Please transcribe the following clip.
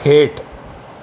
हेठि